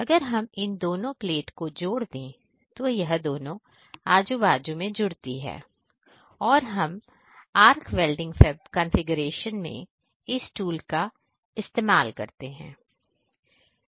अगर हम इन दोनों प्लेट को जोड़ दें तो यह दोनों आजू बाजू में जुड़ती है और हम आरक वेल्डिंग कंफीग्रेशन में इस टूल का इस्तेमाल करते हैं